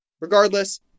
Regardless